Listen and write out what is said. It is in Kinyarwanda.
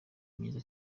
mwiza